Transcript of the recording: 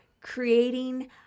creating